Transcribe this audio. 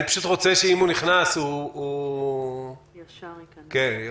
אני פשוט רוצה שאם הוא נכנס הוא יתייחס מיד.